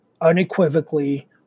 unequivocally